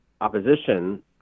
opposition